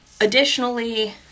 Additionally